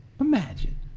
Imagine